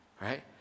right